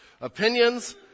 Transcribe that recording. opinions